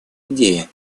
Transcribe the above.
идеи